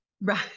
Right